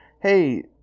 hey